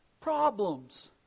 problems